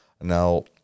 Now